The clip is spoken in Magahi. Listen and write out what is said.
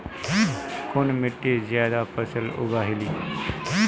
कुन मिट्टी ज्यादा फसल उगहिल?